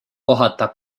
kohata